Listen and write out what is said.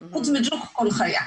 חוץ מג'וק כל חיה...